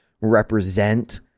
Represent